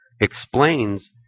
explains